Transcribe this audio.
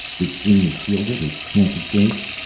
this screen is shielded? it can't be traced?